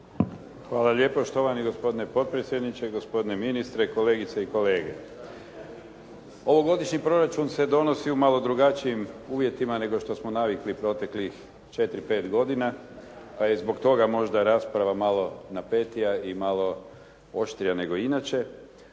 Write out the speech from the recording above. Hvala lijepo štovani gospodine potpredsjedniče, gospodine ministre, kolegice i kolege. Ovogodišnji proračun se donosi u malo drugačijim uvjetima nego što smo navikli proteklih 4, 5 godina, pa je zbog toga možda rasprava malo napetija i malo oštrija nego inače,